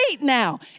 now